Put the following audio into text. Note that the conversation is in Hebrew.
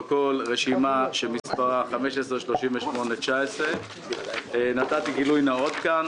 הכספים היא רשימה שמספרה 15-45-19 לעניין סעיף 46 כמובן.